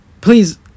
Please